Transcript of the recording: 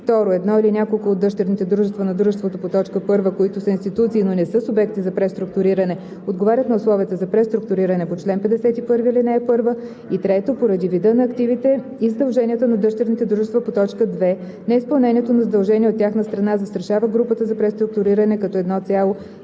2. едно или няколко от дъщерните дружества на дружеството по т. 1, които са институции, но не са субекти за преструктуриране, отговарят на условията за преструктуриране по чл. 51, ал. 1, и 3. поради вида на активите и задълженията на дъщерните дружества по т. 2, неизпълнението на задължения от тяхна страна застрашава групата за преструктуриране като едно цяло,